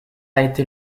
était